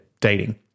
dating